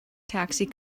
taxi